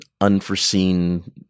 unforeseen